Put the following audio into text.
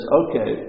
okay